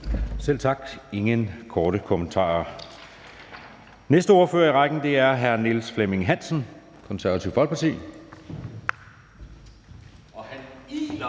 Selv tak. Der er ingen korte bemærkninger. Næste ordfører i rækken er hr. Niels Flemming Hansen, Det Konservative Folkeparti.